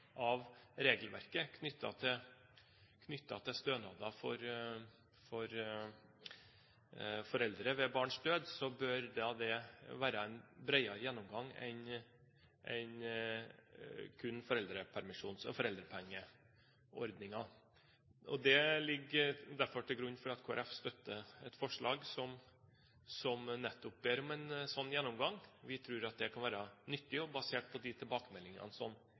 av regelverket knyttet til stønader for foreldre ved barns død, bør det være en bredere gjennomgang enn den kun knyttet til foreldrepengeordningen. Det ligger derfor til grunn for at Kristelig Folkeparti støtter et forslag som nettopp ber om en sånn gjennomgang. Vi tror det kan være nyttig. Basert på de tilbakemeldingene som